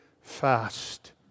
fast